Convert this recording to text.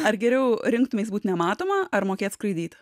ar geriau rinktumeis būti nematoma ar mokėt skraidyt